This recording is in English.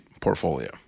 portfolio